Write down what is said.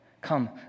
Come